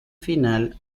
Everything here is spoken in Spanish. final